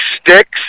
sticks